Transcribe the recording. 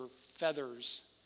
feathers